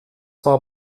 war